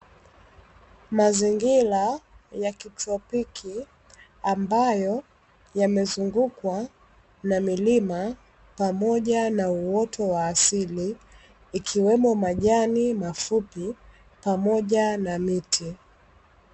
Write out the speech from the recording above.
Mazingira ya kitropiki ambayo yamezungukwa, na milima pamoja na uoto wa asili, ikiwemo: majani mafupi pamoja na miti.